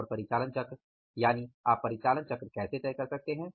और परिचालन चक्र यानि आप परिचालन चक्र कैसे तय कर सकते हैं